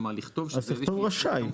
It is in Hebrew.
כלומר, לכתוב שזאת איזושהי סמכות.